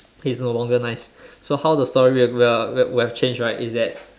he's no longer nice so how the story will will will would have changed right is that